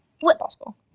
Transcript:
impossible